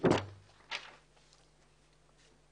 על זכות הדיבור.